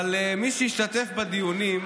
אבל מי שהשתתף בדיונים,